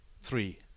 Three